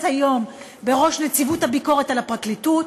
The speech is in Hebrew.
היום בראש נציבות הביקורת על הפרקליטות,